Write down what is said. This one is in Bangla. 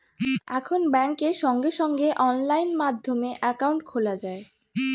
এখন ব্যাংকে সঙ্গে সঙ্গে অনলাইন মাধ্যমে অ্যাকাউন্ট খোলা যায়